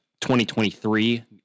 2023